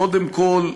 קודם כול,